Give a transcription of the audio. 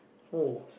oh